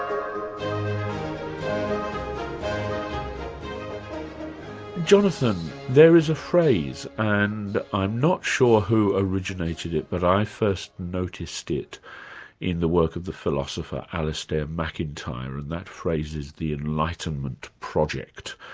um jonathan, there is a phrase and i'm not sure who originated it, but i first noticed it in the work of the philosopher alistair macintyre, and that phrase is the enlightenment project,